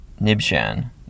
Nibshan